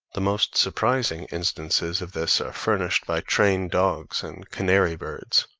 the most surprising instances of this are furnished by trained dogs and canary birds.